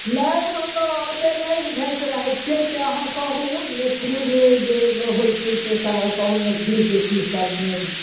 नहि हम ओतेक नहि बुझैत रहैत छियै से अहाँ कहूँ मैथिलीमे जे होइत छै से सभ कहूँ मैथिलीके की सभ